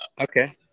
Okay